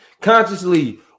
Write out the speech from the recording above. consciously